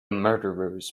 murderers